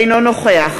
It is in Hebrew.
אינו נוכח